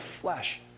flesh